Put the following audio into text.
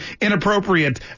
inappropriate